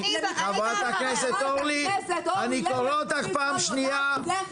חברת הכנסת אורלי לוי אני קורא אותך לסדר